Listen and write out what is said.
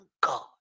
god